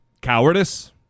Cowardice